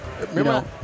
Remember